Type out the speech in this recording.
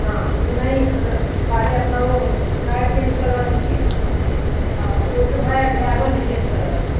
हाँ उसको नहीं रख पहले अपना वह टायर चेंज करवा दीजिए हाँ वह तो है और ड्राइवर भी चेंज करवाइए